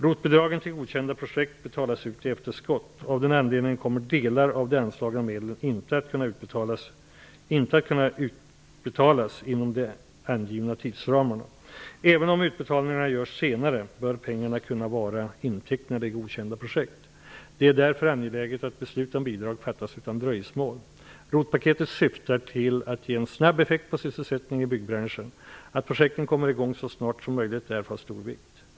ROT-bidragen till godkända projekt betalas ut i efterskott. Av den anledningen kommer delar av de anslagna medlen inte att kunna utbetalas inom de angivna tidsramarna. Även om utbetalningarna görs senare bör pengarna kunna vara intecknade i godkända projekt. Det är därför angeläget att beslut om bidrag fattas utan dröjsmål. ROT-paketet syftar till att ge en snabb effekt på sysselsättningen i byggbranschen. Att projekten kommer i gång så snart som möjligt är därför av stor vikt.